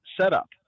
setup